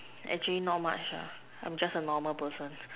actually not much ah I'm just a normal person